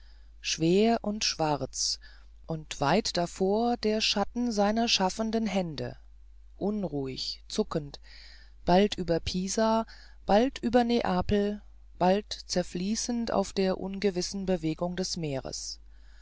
schwer und schwarz und weit davor der schatten seiner schaffenden hände unruhig zuckend bald über pisa bald über neapel bald zerfließend auf der ungewissen bewegung des meeres